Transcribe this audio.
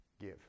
give